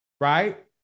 Right